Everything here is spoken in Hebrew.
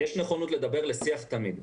יש תמיד נכונות לדבר ולקיים שיח.